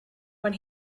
when